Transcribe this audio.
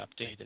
updated